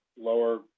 lower